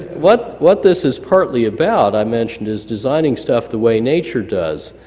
what what this is partly about i mentioned is designing stuff the way nature does.